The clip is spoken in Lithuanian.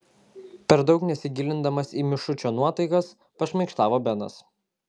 per daug nesigilindamas į mišučio nuotaikas pašmaikštavo benas